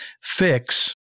Fix